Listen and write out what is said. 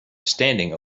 standing